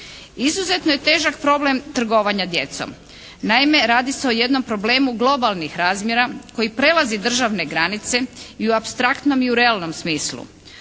Izuzetno je težak problem trgovanja djecom. Naime, radi se o jednom problemu globalnih razmjera koji prelazi državne granice i u apstraktnom i u realnom smislu.